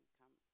come